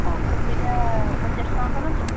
ହଉ କୋବିଟା ପଚାଶ ଟଙ୍କା କରନ୍ତୁ